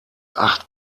acht